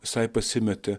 visai pasimetė